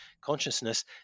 consciousness